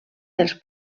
dels